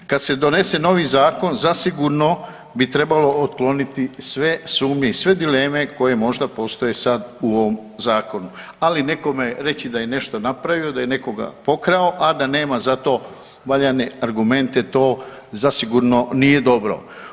I kad se donese novi zakon zasigurno bi trebalo otkloniti sve sumnje i sve dileme koje možda postoje sad u ovom Zakonu, ali nekome reći da nešto napravio, da je nekoga pokrao, a da nema za to valjane argumente, to zasigurno nije dobro.